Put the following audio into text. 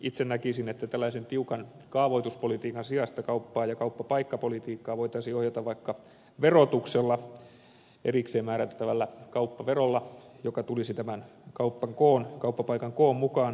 itse näkisin että tällaisen tiukan kaavoituspolitiikan sijasta kauppaa ja kauppapaikkapolitiikkaa voitaisiin ohjata vaikka verotuksella erikseen määrättävällä kauppaverolla joka tulisi tämän kauppapaikan koon mukaan